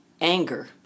anger